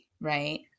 right